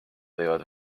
võivad